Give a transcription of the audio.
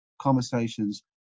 conversations